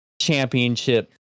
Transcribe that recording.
championship